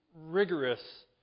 Rigorous